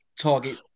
target